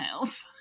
emails